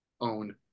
own